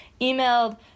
emailed